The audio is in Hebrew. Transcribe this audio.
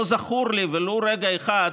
לא זכור לי ולו רגע אחד